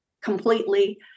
completely